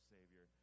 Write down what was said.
Savior